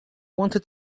wanted